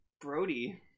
Brody